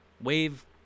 wave